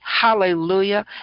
hallelujah